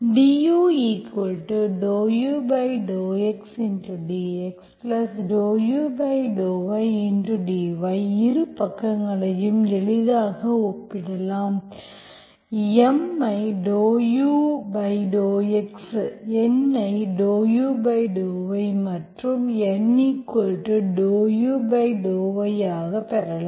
du∂u∂x dx∂u∂y dy இரு பக்கங்களையும் எளிதாக ஒப்பிடலாம் M ஐ M∂u∂x and N∂u∂y மற்றும் N ∂u∂y ஆக பெறலாம்